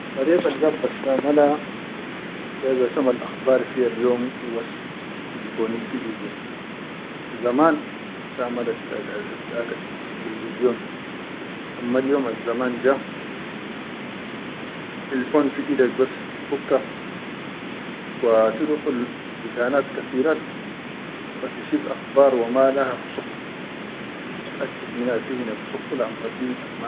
Al dariqal gaid bastamala le basamal akhbar fiya liyom hi bas telefoni fi idi, zaman astamalat al televizon. Amma al yom azzaman ja, telefon fi idak bas tifukka wa tudukhul bikanat kateerat wa tishif akhbar wa mala fusuk tiʼaqib minna hine fusuk kula amma fi.